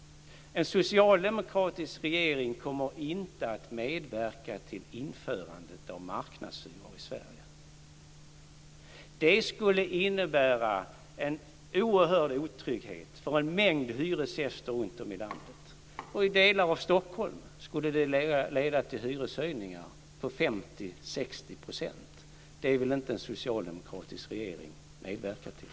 En socialdemokratisk regering kommer inte att medverka till införandet av marknadshyror i Sverige. Det skulle innebära en oerhörd otrygghet för en mängd hyresgäster runtom i landet. I delar av Stockholm skulle det leda till hyreshöjningar på 50-60 %. Det vill inte en socialdemokratisk regering medverka till.